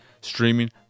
streaming